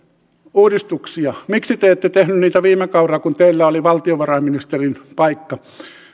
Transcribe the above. uudistuksia miksi te ette tehneet niitä viime kaudella kun teillä oli valtiovarainministerin paikka